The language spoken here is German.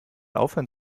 aufhören